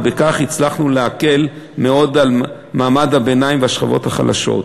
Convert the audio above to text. ובכך הצלחנו להקל מאוד על מעמד הביניים והשכבות החלשות.